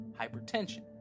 hypertension